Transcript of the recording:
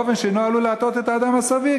באופן שאינו עלול להטעות את האדם הסביר,